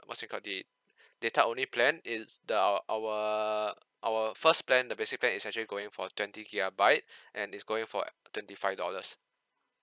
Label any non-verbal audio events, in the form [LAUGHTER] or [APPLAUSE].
what's it called the data only plan it's the our our first plan the basic plan is actually going for twenty gigabyte [BREATH] and is going for uh twenty five dollars